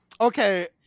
Okay